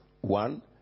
One